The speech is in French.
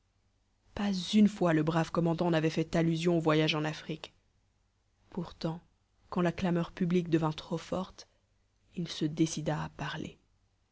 pas une fois le brave commandant n'avait fait allusion au voyage en afrique pourtant quand la clameur publique devint trop forte il se décida à parler